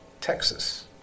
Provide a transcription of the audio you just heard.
Texas